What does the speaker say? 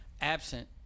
absent